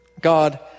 God